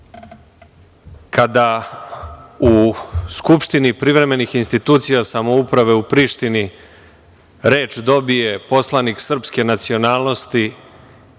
kada u skupštini privremenih institucija samouprave u Prištini reč dobije poslanik srpske nacionalnosti